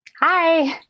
Hi